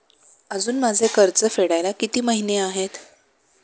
अजुन माझे कर्ज फेडायला किती महिने आहेत?